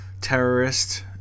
terrorist